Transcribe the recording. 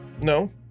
No